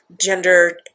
gender